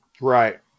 right